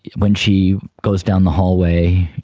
when she goes down the hallway,